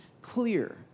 clear